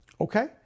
okay